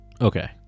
Okay